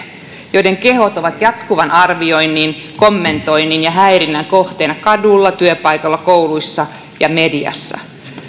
joiden kehot ovat jatkuvan arvioinnin kommentoinnin ja häirinnän kohteena kadulla työpaikalla kouluissa ja mediassa